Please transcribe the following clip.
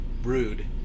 brood